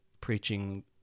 preaching